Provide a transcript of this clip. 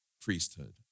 priesthood